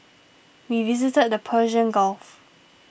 we visited the Persian Gulf